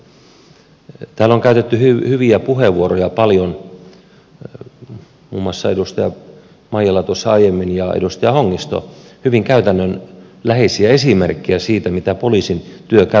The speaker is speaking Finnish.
täällä on käytetty hyviä puheenvuoroja paljon muun muassa edustaja maijala tuossa aiemmin ja edustaja hongisto hyvin käytännönläheisiä esimerkkejä siitä mitä poliisin työ käytännössä on